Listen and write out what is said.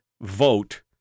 vote